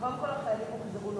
קודם כול החיילים הוחזרו לא,